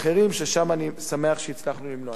ששם אני שמח שהצלחנו למנוע את זה.